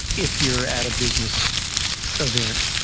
if you're at a business event,